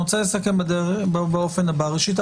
אני רוצה לסכם באופן הבא: ראשית,